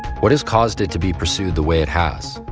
what has caused it to be pursued the way it has?